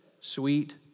sweet